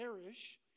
perish